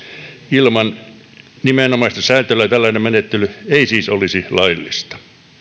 ilman nimenomaista sääntelyä tällainen menettely ei siis olisi laillista